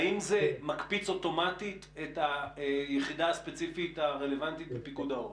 האם זה מקפיץ אוטומטית את היחידה הספציפית הרלוונטית בפיקוד העורף?